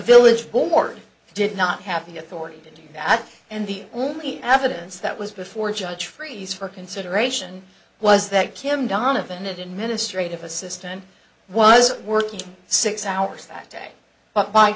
village board did not have the authority to do that and the only evidence that was before judge freeze for consideration was that kim donovan it in ministry defense system was working six hours that day but by